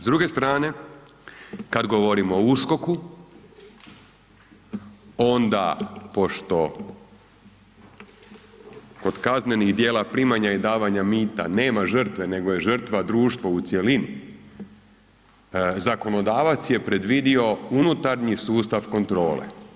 S druge strane, kad govorimo o USKOK-u, onda pošto kod kaznenih djela primanja i davanja mita nema žrtve nego je žrtva društva u cjelini, zakonodavac je predvidio unutarnji sustav kontrole.